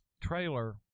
trailer